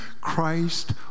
Christ